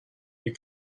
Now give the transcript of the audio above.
you